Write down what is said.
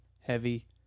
heavy